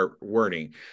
wording